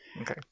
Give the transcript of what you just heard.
Okay